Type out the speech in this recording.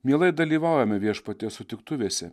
mielai dalyvaujame viešpaties sutiktuvėse